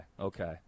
okay